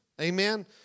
amen